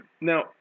Now